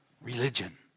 religion